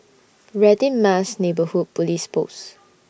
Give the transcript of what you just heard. Radin Mas Neighbourhood Police Post